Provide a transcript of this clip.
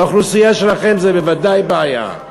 באוכלוסייה שלכם זו בוודאי בעיה.